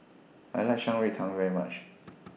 I like Shan Rui Tang very much